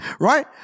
right